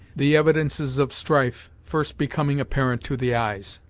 the evidences of strife first becoming apparent to the eyes.